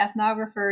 ethnographers